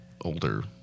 older